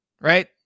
right